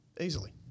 easily